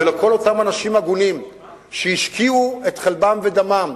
ולכל אותם אנשים הגונים שהשקיעו את חלבם ודמם.